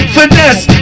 Finesse